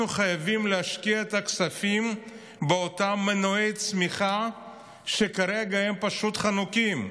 אנחנו חייבים להשקיע את הכספים באותם מנועי צמיחה שכרגע הם פשוט חנוקים.